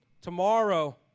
tomorrow